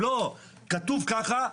'לא, כתוב ככה'.